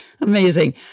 Amazing